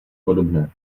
podobné